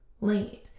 lead